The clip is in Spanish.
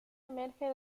emerge